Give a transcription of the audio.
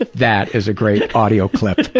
that that is a great audio clip.